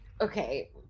Okay